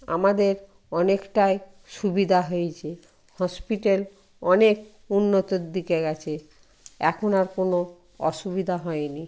আমাদের অনেকটাই সুবিধা হয়েছে হসপিটাল অনেক উন্নতর দিকে গেছে এখন আর কোনো অসুবিধা হয়নি